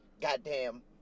Goddamn